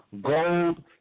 Gold